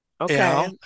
okay